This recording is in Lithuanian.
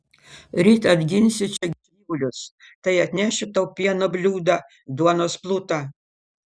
ryt atginsiu čia gyvulius tai atnešiu tau pieno bliūdą duonos plutą